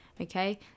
okay